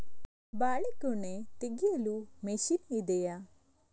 ಬಾಳೆಗೊನೆ ತೆಗೆಯಲು ಮಷೀನ್ ಇದೆಯಾ?